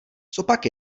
copak